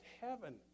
heaven